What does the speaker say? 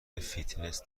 فیتنس